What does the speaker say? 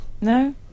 No